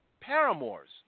paramours